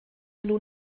nun